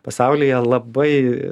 pasaulyje labai